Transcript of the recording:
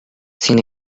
sin